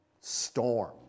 storm